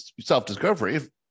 self-discovery